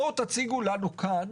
בואו תציגו לנו כאן,